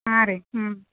ಹಾಂ ರೀ ಹ್ಞೂ